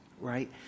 right